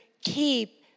keep